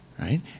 right